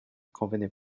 convenait